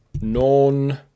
non